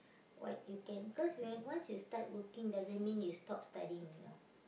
what you can cause when once you start working doesn't mean you stop studying you know